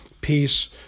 peace